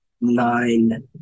nine